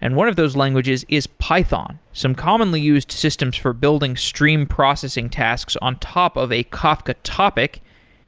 and one of those languages is python. some commonly used systems for building stream processing tasks on top of a kafka topic